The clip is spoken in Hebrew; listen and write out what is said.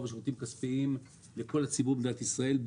ושירותים כספיים לכל הציבור במדינת ישראל,